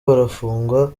barafungwa